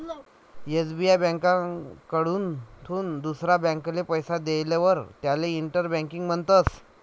SBI ब्यांककडथून दुसरा ब्यांकले पैसा देयेलवर त्याले इंटर बँकिंग म्हणतस